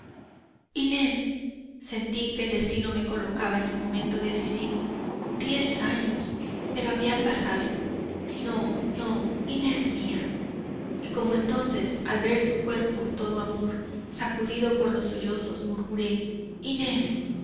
sentí que el destino me colocaba en un momento decisivo diez años pero habían pasado no no inés mía y como entonces al ver su cuerpo todo amor sacudido por los sollozos murmuré inés